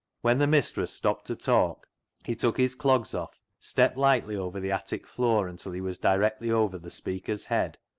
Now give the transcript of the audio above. when the mistress stopped to talk he took his clogs off, stepped lightly over the attic floor until he was directly over the speaker's head,